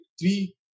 three